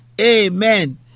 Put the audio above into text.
Amen